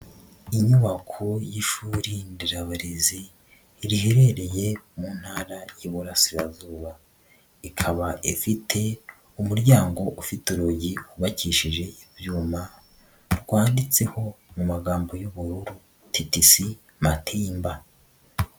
Inyubako y'ishuri nderabarezi riherereye mu ntara y'iburasirazuba, ikaba ifite umuryango ufite urugi rwubakishije ibyuma, rwanditseho mu magambo y'ubururu TTC Matimba.